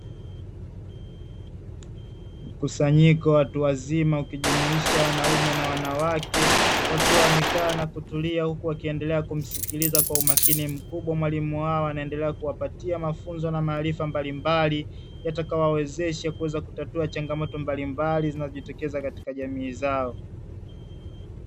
Mkusanyiko wa watu wazima ukujumuisha wanaume na wanawake wakiwa wamekaa na kutulia huku wakiendelea kumsikiliza kwa umakini mkubwa mwalimu wao anayeendelea kuwapatia mafunzo na maarifa mbalimbali yatakayowawezesha kuweza kutatua changamoto mbalimbali zinazojitokeza katika jamii zao.